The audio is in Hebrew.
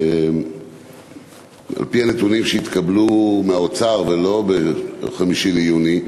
על-פי הנתונים שהתקבלו מהאוצר ולא ב-5 ביוני,